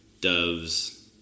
doves